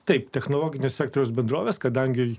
taip technologinio sektoriaus bendroves kadangi